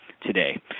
today